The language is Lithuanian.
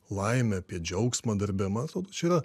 laimę apie džiaugsmą darbe man atrodo čia yra